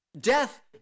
Death